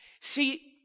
See